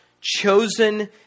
chosen